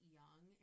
young